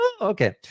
okay